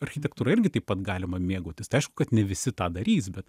architektūra irgi taip pat galima mėgautis tai aišku kad ne visi tą darys bet